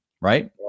Right